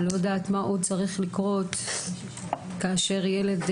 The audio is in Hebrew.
אני לא יודעת מה עוד צריך לקרות כאשר ילד,